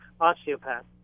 osteopath